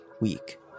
week